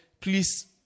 please